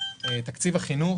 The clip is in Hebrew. תקציב החינוך